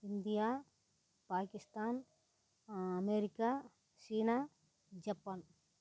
India Pakistan America சீனா Japan